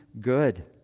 good